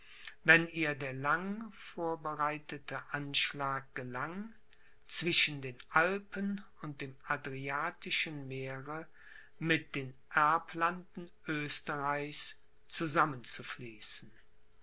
wenn ihr der lang vorbereitete anschlag gelang zwischen den alpen und dem adriatischen meere mit den erblanden oesterreichs